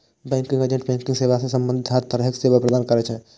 banking agent banking सेवा सं संबंधित हर तरहक सेवा प्रदान करै छै